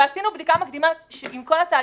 אבל עשינו בדיקה מקדימה עם כל התאגידים,